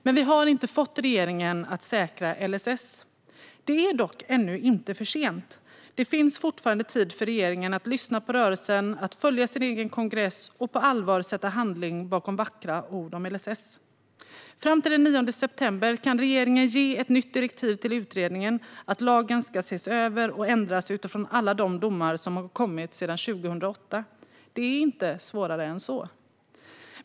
Men vi har inte fått regeringen att säkra LSS. Det är dock ännu inte för sent. Det finns fortfarande tid för regeringen att lyssna på rörelsen, att följa sin egen kongress och att på allvar sätta handling bakom vackra ord om LSS. Fram till den 9 september kan regeringen ge ett nytt direktiv till utredningen om att lagen ska ses över och ändras utifrån alla de domar som har kommit sedan 2008. Det är inte svårare än så.